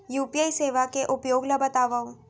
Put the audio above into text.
UPI सेवा के उपयोग ल बतावव?